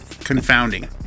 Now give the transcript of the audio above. confounding